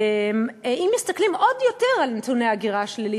אם מסתכלים עוד יותר על נתוני ההגירה השלילית,